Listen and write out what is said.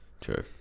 True